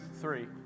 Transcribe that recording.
three